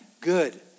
good